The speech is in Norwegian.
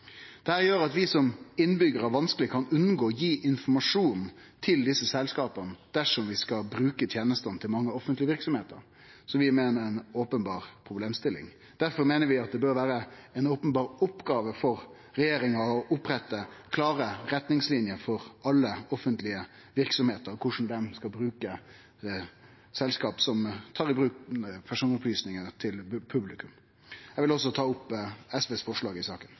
gjer at vi som innbyggjarar vanskeleg kan unngå å gi informasjon til desse selskapa dersom vi skal bruke tenestene til mange offentlege verksemder, noko vi meiner er ei openberr problemstilling. Difor meiner vi det bør vere ei openberr oppgåve for regjeringa å opprette klare retningslinjer for alle offentlege verksemder om korleis dei skal bruke selskap som tar i bruk personopplysningane til publikum. Eg vil også ta opp SVs forslag i